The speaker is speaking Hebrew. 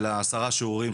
של עשרה שיעורים,